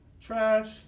Trash